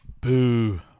Boo